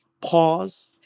pause